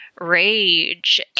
rage